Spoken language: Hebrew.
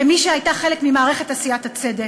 כמי שהייתה חלק ממערכת עשיית הצדק,